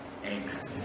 amen